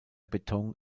beton